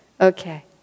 Okay